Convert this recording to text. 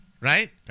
right